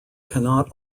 cannot